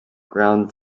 ground